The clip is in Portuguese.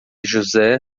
josé